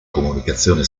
comunicazione